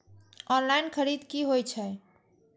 Online खरीद की होए छै?